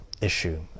issue